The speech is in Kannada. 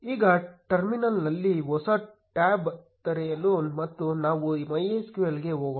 ಈಗ ಟರ್ಮಿನಲ್ನಲ್ಲಿ ಹೊಸ ಟ್ಯಾಬ್ ತೆರೆಯಿರಿ ಮತ್ತು ನಾವು MySQL ಗೆ ಹೋಗೋಣ